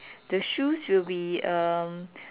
the shoes will be um